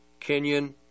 Kenyan